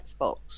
Xbox